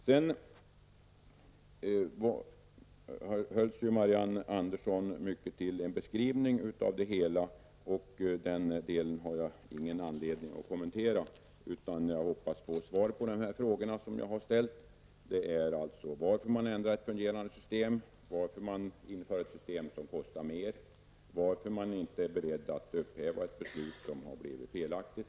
Sedan uppehöll sig Marianne Andersson mycket vid en beskrivning av det hela. Jag har ingen anledning att kommentera den delen, utan jag hoppas få svar på de frågor som jag har ställt. Varför ändrar man ett fungerande system? Varför inför man ett system som kostar mer? Varför är man inte beredd att upphäva ett beslut som har blivit felaktigt?